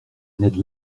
ned